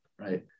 right